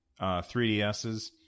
3DSs